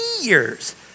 years